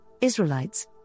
Israelites